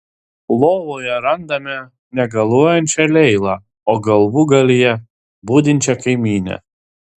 lovoje randame negaluojančią leilą o galvūgalyje budinčią kaimynę